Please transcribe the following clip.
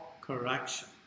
correction